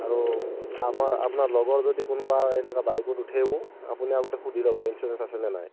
আৰু আমাৰ আপোনাৰ লগৰ যদি কোনোবা এনেকৈ বাইকত উঠেও আপুনি আগতে সুধি ল'ব ইঞ্চুৰেঞ্চ আছেনে নাই